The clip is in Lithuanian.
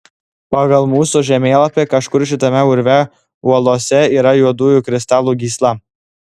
pagal mūsų žemėlapį kažkur šitame urve uolose yra juodųjų kristalų gysla